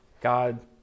God